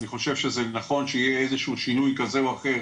אני חושב שזה נכון שיהיה איזה שהוא שינוי כזה או אחר